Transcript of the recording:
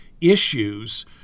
issues